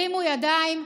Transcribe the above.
הרימו ידיים.